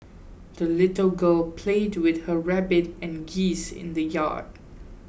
the little girl played with her rabbit and geese in the yard